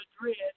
Madrid